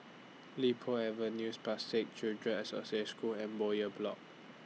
Li Po Avenue Spastic Children's Association School and Bowyer Block